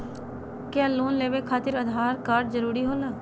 क्या लोन लेवे खातिर आधार कार्ड जरूरी होला?